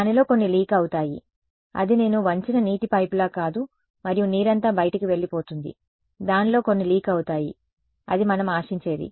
దానిలో కొన్ని లీక్ అవుతాయి అది నేను వంచిన నీటి పైపులా కాదు మరియు నీరంతా బయటకు వెళ్లిపోతుంది దానిలో కొన్ని లీక్ అవుతాయి అది మనం ఆశించేది